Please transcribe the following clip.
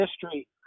history